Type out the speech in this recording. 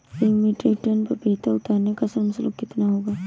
एक metric ton पपीता उतारने का श्रम शुल्क कितना होगा?